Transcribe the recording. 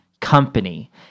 company